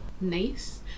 nice